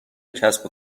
کسب